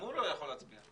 הוא לא יכול להצביע.